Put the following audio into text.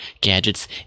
gadgets